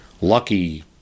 lucky